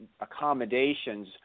accommodations